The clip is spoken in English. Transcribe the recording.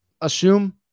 assume